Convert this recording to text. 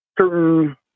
certain